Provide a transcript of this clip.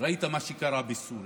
ראית מה שקרה בסוריה,